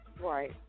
right